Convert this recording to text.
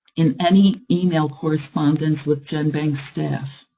in any email correspondence with genbank staff.